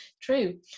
True